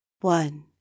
one